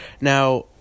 Now